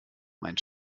mein